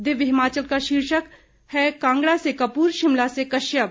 दिव्य हिमाचल का शीर्षक कांगड़ा से कपूर शिमला से कश्यप